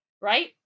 Right